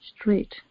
straight